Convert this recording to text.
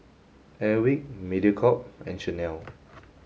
Airwick Mediacorp and Chanel